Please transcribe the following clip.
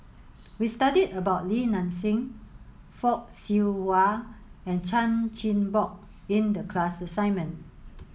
we studied about Li Nanxing Fock Siew Wah and Chan Chin Bock in the class assignment